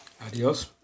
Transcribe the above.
adios